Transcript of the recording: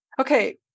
Okay